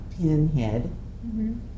pinhead